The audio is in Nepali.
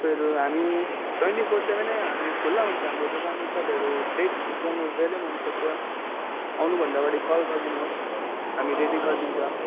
तपाईँहरू हामी ट्वेन्टी फोर सेभेनै हामी खुल्ला हुन्छ हाम्रो दोकान तपाईँहरू डेट फिक्स गर्नुहोस् जहिल्यै पनि आउनु सक्छ आउनुभन्दा अगाडि कल गरिदिनुहोस् हामी रेडी गरिदिन्छ